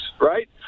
right